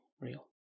real